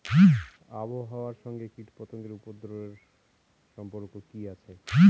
আবহাওয়ার সঙ্গে কীটপতঙ্গের উপদ্রব এর সম্পর্ক কি আছে?